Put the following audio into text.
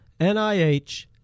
NIH